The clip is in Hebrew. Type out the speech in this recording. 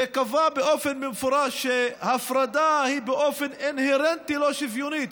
וקבע במפורש שההפרדה היא באופן אינהרנטי לא שוויונית,